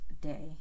day